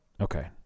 Okay